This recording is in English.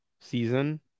season